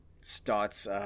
starts –